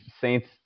Saints